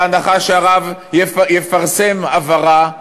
בהנחה שהרב יפרסם הבהרה,